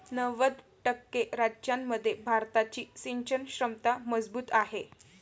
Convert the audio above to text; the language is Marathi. नव्वद टक्के राज्यांमध्ये भारताची सिंचन क्षमता मजबूत आहे